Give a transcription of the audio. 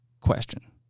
question